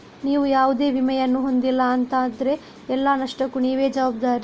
ನೀವು ಯಾವುದೇ ವಿಮೆಯನ್ನ ಹೊಂದಿಲ್ಲ ಅಂತ ಆದ್ರೆ ಎಲ್ಲ ನಷ್ಟಕ್ಕೂ ನೀವೇ ಜವಾಬ್ದಾರಿ